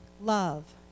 love